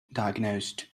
diagnosed